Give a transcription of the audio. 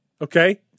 Okay